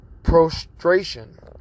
prostration